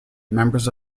members